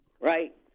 Right